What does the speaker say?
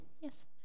Yes